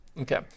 Okay